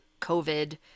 covid